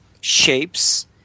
shapes